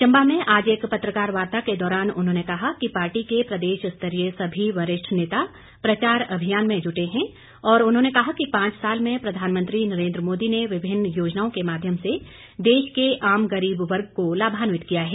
चम्बा में आज एक पत्रकार वार्ता के दौरान उन्होंने कहा कि पार्टी के प्रदेश स्तरीय सभी वरिष्ठ नेता प्रचार अभियान में जुटे हैं और उन्होंने कहा कि पांच साल में प्रधानमंत्री नरेन्द्र मोदी ने विभिन्न योजनाओं के माध्यम से देश के आम गरीब वर्ग को लाभान्वित किया है